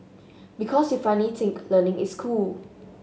because you funny think learning is cool